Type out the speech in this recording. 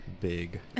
big